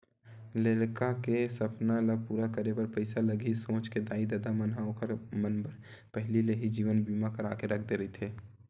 लइका के सपना ल पूरा करे बर पइसा लगही सोच के दाई ददा मन ह ओखर मन बर पहिली ले ही जीवन बीमा करा के रख दे रहिथे